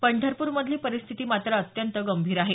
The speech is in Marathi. पंढरपूरमधली परिस्थिती मात्र अत्यंत गंभीर आहे